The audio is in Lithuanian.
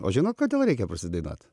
o žinot kodėl reikia pasinaudot